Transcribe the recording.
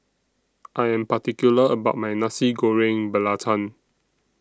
I Am particular about My Nasi Goreng Belacan